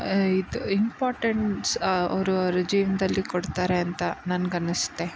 ಇದು ಇಂಪಾರ್ಟೆನ್ಸ್ ಅವರು ಅವರ ಜೀವನದಲ್ಲಿ ಕೊಡ್ತಾರೆ ಅಂತ ನನ್ಗೆ ಅನ್ಸುತ್ತೆ